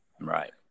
right